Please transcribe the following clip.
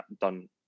done